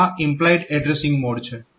તો આ implied addressing mode છે